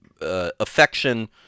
affection